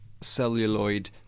celluloid